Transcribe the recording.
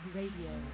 Radio